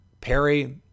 Perry